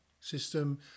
system